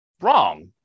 wrong